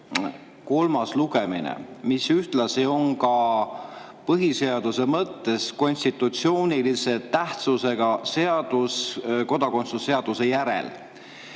kolmas lugemine. See seadus on põhiseaduse mõttes konstitutsioonilise tähtsusega seadus kodakondsuse seaduse järel.